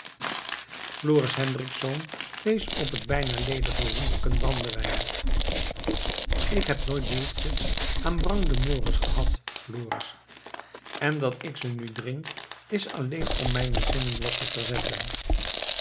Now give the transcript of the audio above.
floris hendriksz wees op het bijna ledige roemerken brandewijn ik heb nooit behoefte aan brangdemoris gehad floris en dat ik ze nu drink is alleen om mijne zinnen wat te verzetten